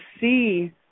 see